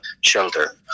shelter